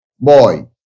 boy